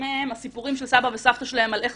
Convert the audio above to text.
עם הכוח הרב הוא גם מאבד פרופורציות,